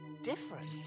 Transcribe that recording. Different